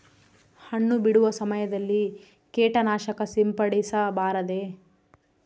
ಹಣ್ಣು ಬಿಡುವ ಸಮಯದಲ್ಲಿ ಕೇಟನಾಶಕ ಸಿಂಪಡಿಸಬಾರದೆ?